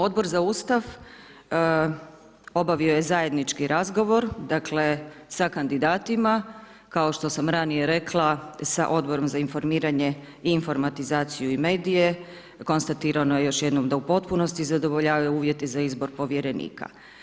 Odbor za Ustav obavio je zajednički razgovor, dakle, sa kandidatima, kao što sam ranije rekla, sa Odborom za informiranje, informatizaciju i medije, konstatirano je još jednom da u potpunosti zadovoljavaju uvjete za izbor povjerenika.